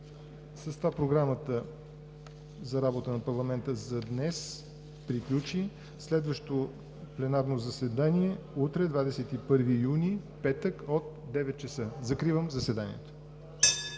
С това Програмата за работа на парламента за днес приключи. Следващо пленарно заседание – утре, 21 юни, петък, от 9,00 ч. Закривам заседанието.